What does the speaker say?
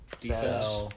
Defense